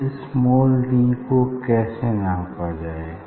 इस small d को कैसे नापा जाए